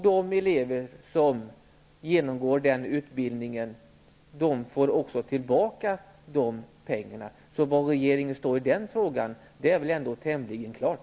De elever som genomgår den utbildningen får också tillbaka de pengarna. Var regeringen står i den frågan är väl ändå tämligen klart.